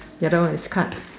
the other one is cut